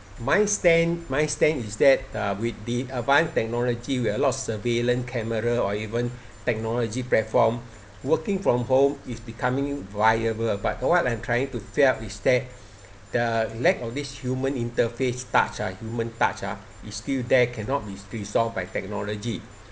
my stand my stand is that uh with the advance technology with a lot of surveillance camera or even technology platform working from home is becoming viable but what I'm trying to tell is that the lack of this human interface touch ah human touch ah is still there cannot be resolved by technology